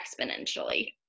exponentially